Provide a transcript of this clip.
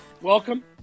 welcome